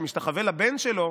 כשהוא שמשתחווה לבן שלו,